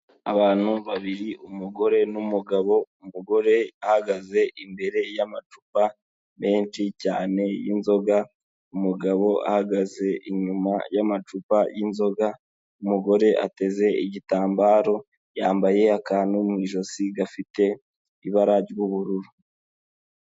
Abantu babiri, umugore n'umugabo, umugore ahagaze imbere y'amacupa menshi cyane y'inzoga, umugabo ahagaze inyuma y'amacupa y'inzoga, umugore ateze igitambaro yambaye akantu mu ijosi gafite ibara ry'ubururu.